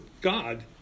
God